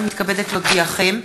אני מתכבדת להודיעכם,